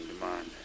demand